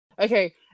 okay